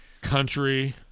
country